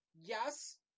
Yes